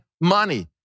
money